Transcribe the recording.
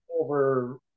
over